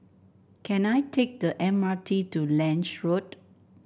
can I take the M R T to Lange Road